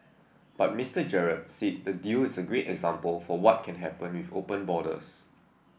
but Mister Gerard said the deal is a great example for what can happen with open borders